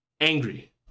angry